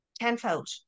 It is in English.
tenfold